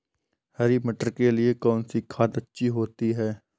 हरी मटर के लिए कौन सी खाद अच्छी होती है?